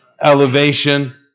Elevation